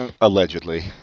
allegedly